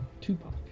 Tupac